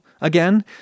again